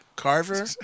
Carver